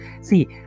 see